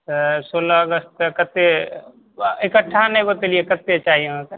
तऽ सोलह अगस्त के कते ईकठ्ठा नहि बतेलियै कते चाही अहाँके